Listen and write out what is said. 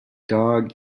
dog